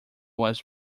was